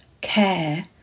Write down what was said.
care